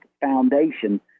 foundation